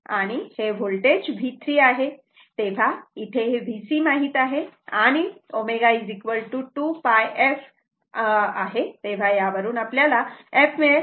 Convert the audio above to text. तेव्हा इथे हे Vc माहित आहे आणि ω2 π f तेव्हा यावरून आपल्याला f मिळेल